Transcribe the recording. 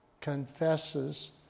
confesses